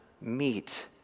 meet